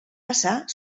passar